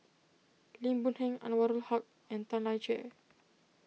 Lim Boon Heng Anwarul Haque and Tan Lian Chye